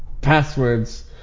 Passwords